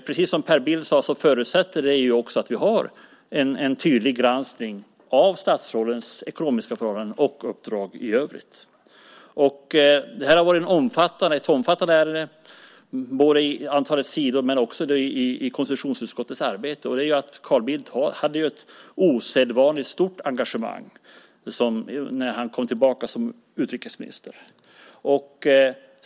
Precis som Per Bill sade förutsätter det också att vi har en tydlig granskning av statsrådens ekonomiska förhållanden och uppdrag i övrigt. Detta har varit ett omfattande ärende både i antalet sidor och när det gäller konstitutionsutskottets arbete. Carl Bildt hade ju ett osedvanligt stort engagemang när han kom tillbaka som utrikesminister.